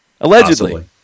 allegedly